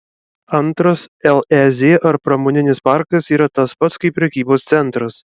antras lez ar pramoninis parkas yra tas pats kaip prekybos centras